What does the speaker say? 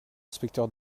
inspecteur